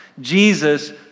Jesus